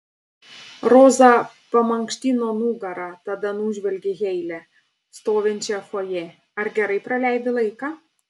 roza pamankštino nugarą tada nužvelgė heile stovinčią fojė ar gerai praleidai laiką